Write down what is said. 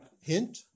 hint